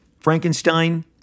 Frankenstein